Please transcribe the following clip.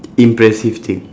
impressive thing